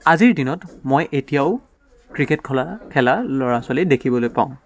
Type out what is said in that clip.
আজিৰ দিনত মই এতিয়াও ক্ৰিকেট খোলা খেলা ল'ৰা ছোৱালী দেখিবলৈ পাওঁ